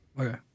Okay